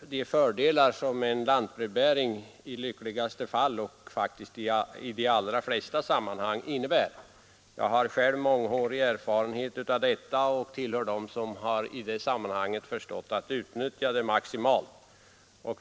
de fördelar som lantbrevbäring i lyckligaste fall och faktiskt i de allra flesta sammanhang innebär. Jag har själv mångårig erfarenhet av denna verksamhet och tillhör dem som har förstått att utnyttja den maximalt.